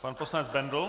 Pan poslanec Bendl.